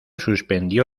suspendió